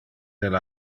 del